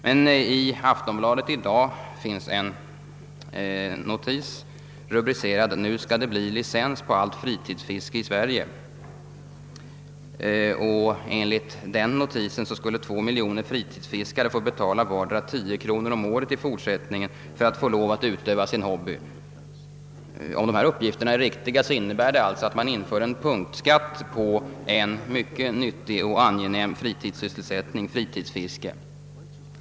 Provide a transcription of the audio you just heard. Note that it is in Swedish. Men i Aftonbladet i dag finns en notis, rubricerad »Nu skall det bli licens på allt fritidsfiske i Sverige», och enligt den notisen skulle två miljoner fritidsfiskare få betala envar 10 kronor om året i fortsättningen för att få lov att utöva sin hobby. Om dessa uppgifter är riktiga, innebär det alltså att man inför en punktskatt på en mycket nyttig och angenäm fritidssysselsättning, fritidsfiske.